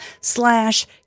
slash